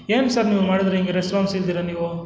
ಏನು ಸರ್ ನೀವು ಮಾಡಿದರೆ ಹಿಂಗ್ ರೆಸ್ಪಾನ್ಸ್ ಇಲ್ದಿರ ನೀವು